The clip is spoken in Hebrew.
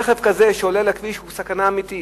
רכב כזה שעולה לכביש הוא סכנה אמיתית.